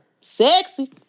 Sexy